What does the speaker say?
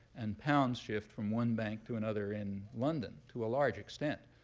and pounds shift from one bank to another in london, to a large extent.